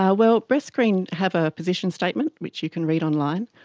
ah well, breast screen have a position statement which you can read online.